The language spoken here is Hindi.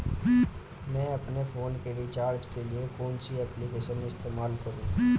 मैं अपने फोन के रिचार्ज के लिए कौन सी एप्लिकेशन इस्तेमाल करूँ?